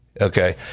Okay